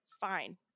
Fine